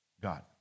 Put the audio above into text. God